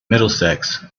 middlesex